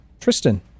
Tristan